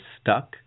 stuck